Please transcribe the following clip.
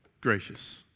Gracious